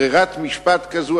ברירת משפט כזאת,